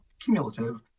cumulative